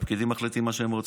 הפקידים מחליטים מה שהם רוצים.